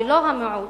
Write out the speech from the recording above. ולא המיעוט,